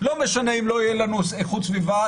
לא משנה אם לא תהיה לנו איכות סביבה,